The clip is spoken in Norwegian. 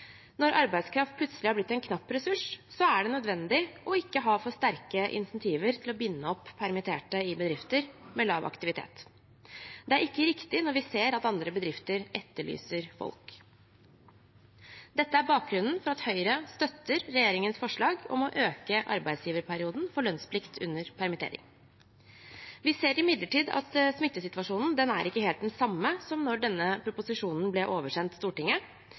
Når arbeidskraft plutselig har blitt en knapp ressurs, er det nødvendig ikke å ha så sterke insentiver til å binde opp permitterte i bedrifter med lav aktivitet. Det er ikke riktig når vi ser at andre bedrifter etterlyser folk. Dette er bakgrunnen for at Høyre støtter regjeringens forslag om å øke arbeidsgiverperioden for lønnsplikt under permittering. Vi ser imidlertid at smittesituasjonen ikke er helt den samme som da denne proposisjonen ble oversendt Stortinget.